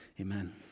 amen